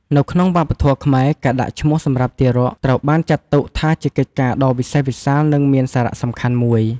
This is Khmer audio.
នៅក្នុងវប្បធម៌ខ្មែរ ការដាក់ឈ្មោះសម្រាប់ទារក ត្រូវបានចាត់ទុកថាជាកិច្ចការដ៏វិសេសវិសាល និងមានសារៈសំខាន់មួយ។